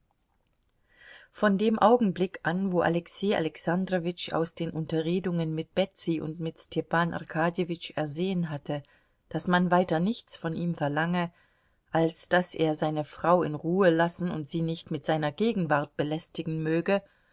von dem augenblick an wo alexei alexandrowitsch aus den unterredungen mit betsy und mit stepan arkadjewitsch ersehen hatte daß man weiter nichts von ihm verlange als daß er seine frau in ruhe lassen und sie nicht mit seiner gegenwart belästigen möge